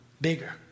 bigger